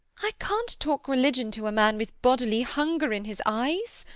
i can't talk religion to a man with bodily hunger in his eyes.